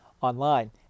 online